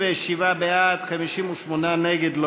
57 בעד, 58 נגד.